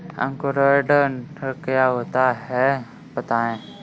अंकुरण क्या होता है बताएँ?